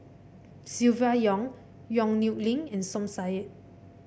Silvia Yong Yong Nyuk Lin and Som Said